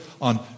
on